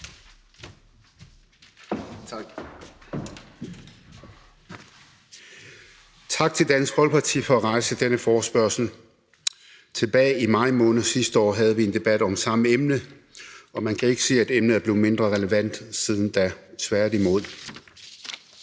Tak til Dansk Folkeparti for at rejse denne forespørgsel. Tilbage i maj måned sidste år havde vi en debat om samme emne, og man kan ikke sige, at emnet er blevet mindre relevant siden da – tværtimod.